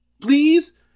Please